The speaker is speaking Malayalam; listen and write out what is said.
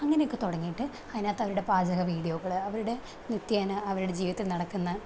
അങ്ങനെയൊക്കെ തുടങ്ങിയിട്ട് അതിനകത്ത് അവരുടെ പാചക വീഡിയോകള് അവരുടെ നിത്യേന അവരുടെ ജീവിതത്തിൽ നടക്കുന്ന